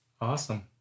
Awesome